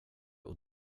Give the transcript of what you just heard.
och